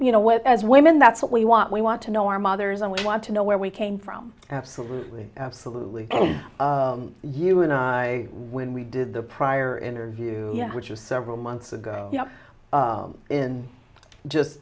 you know what as women that's what we want we want to know our mothers and we want to know where we came from absolutely absolutely and you and i when we did the prior interview which was several months ago